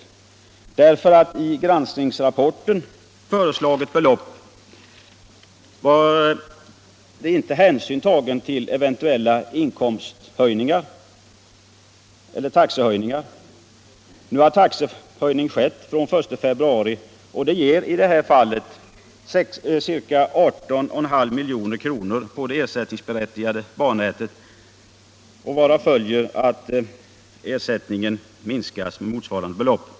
Vid bestämmandet av i granskningsrapporten föreslaget belopp var nämligen hänsyn ej tagen till eventuella taxehöjningar. Nu har en taxehöjning skett den 1 februari, vilket i det här fallet ger ca 18,5 milj.kr. på det ersättningsberättigade bannätet. Härav följer att ersättningen minskats med motsvarande belopp.